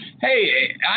Hey